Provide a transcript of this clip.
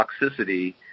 toxicity